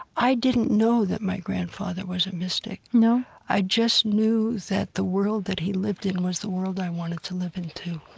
i didn't know that my grandfather was a mystic. i just knew that the world that he lived in was the world i wanted to live in too